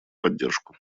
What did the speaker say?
поддержку